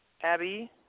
Abby